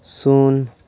ᱥᱩᱱ